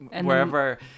wherever